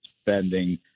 spending